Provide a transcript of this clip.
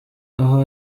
aho